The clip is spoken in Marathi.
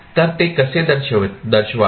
तर ते कसे दर्शवावे